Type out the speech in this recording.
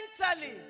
mentally